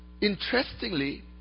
interestingly